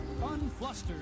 Unflustered